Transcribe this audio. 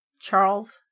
Charles